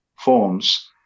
forms